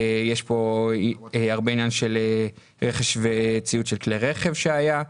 יש פה הרבה עניין של רכש וציוד של כלי רכב שהיה.